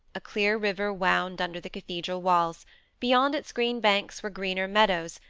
a clear river wound under the cathedral walls beyond its green banks were greener meadows,